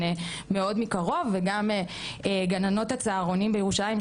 מאוד מקרוב וגם גננות הצהרונים בירושלים,